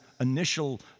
initial